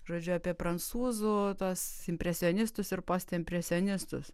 žodžiu apie prancūzų tuos impresionistus ir postimpresionistus